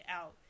out